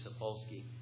Sapolsky